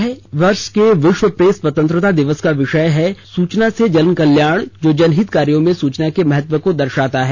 इस वर्ष के विश्व प्रेस स्वतंत्रता दिवस का विषय है सूचना से जनकल्याण जो जनहित कार्यों में सूचना के महत्व को दर्शाता है